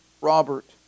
Robert